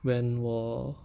when 我